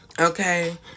okay